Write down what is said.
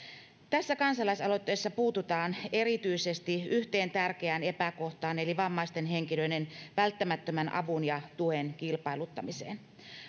tässä kansalaisaloitteessa puututaan erityisesti yhteen tärkeään epäkohtaan eli vammaisten henkilöiden välttämättömän avun ja tuen kilpailuttamiseen